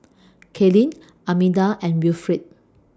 Kaylin Armida and Wilfrid